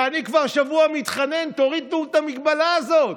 ואני כבר שבוע מתחנן: תורידו את המגבלה הזאת.